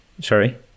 Sorry